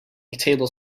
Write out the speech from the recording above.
table